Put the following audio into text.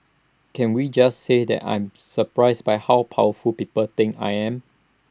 can we just say that I'm surprised by how powerful people think I am